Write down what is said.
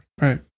Right